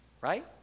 Right